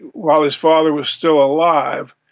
while his father was still alive,